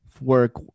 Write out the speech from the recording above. work